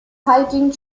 hiking